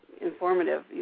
informative